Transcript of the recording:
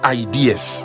ideas